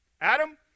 Adam